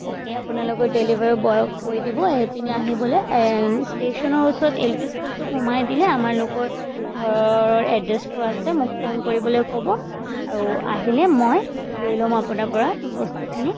okay আপোনালোকৰ delivery বয়ক কৈ দিব সেইপিনি আহিবলৈ এণ্ড ষ্টেচনৰ ওচৰত এল পি স্কুলটো সোমাই দিলে আমাৰলোকৰ ঘৰৰ এড্ৰেছটো আছে মোক ফোন কৰিবলৈ ক'ব আৰু আহিলে মই লৈ ল'ম আপোনাৰ পৰা বস্তুখিনি